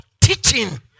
teaching